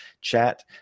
chat